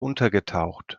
untergetaucht